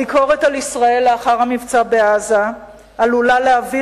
הביקורת על ישראל לאחר המבצע בעזה עלולה להביא